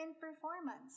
performance